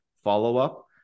follow-up